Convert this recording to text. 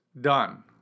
done